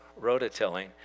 rototilling